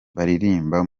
baririmba